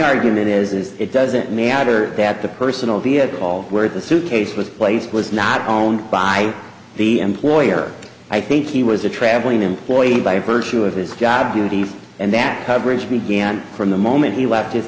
argument is it doesn't matter that the personal be at all where the suitcase was placed was not known by the employer i think he was a traveling employee by virtue of his job duties and that coverage began from the moment he left his